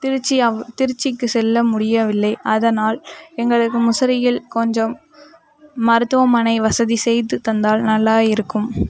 திருச்சி திருச்சிக்கு செல்ல முடியவில்லை அதனால் எங்களுக்கு முசிறியில் கொஞ்சம் மருத்துவமனை வசதி செய்து தந்தால் நல்லா இருக்கும்